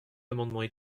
amendements